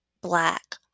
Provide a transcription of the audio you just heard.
black